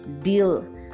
deal